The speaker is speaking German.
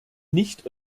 nicht